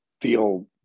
feel